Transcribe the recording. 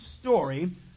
story